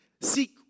seek